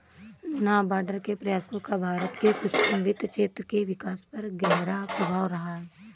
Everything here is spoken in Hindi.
नाबार्ड के प्रयासों का भारत के सूक्ष्म वित्त क्षेत्र के विकास पर गहरा प्रभाव रहा है